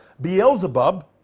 Beelzebub